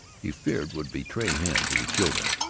he feared, would betray him to the children.